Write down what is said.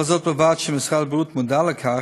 לא זו בלבד שמשרד הבריאות מודע לכך,